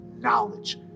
knowledge